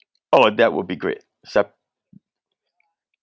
oh that would be great sep~